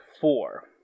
Four